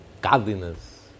godliness